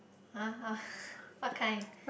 !huh! uh what kind